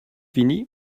fini